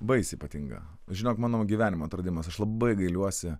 baisiai ypatinga žinok mano gyvenimo atradimas aš labai gailiuosi